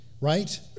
right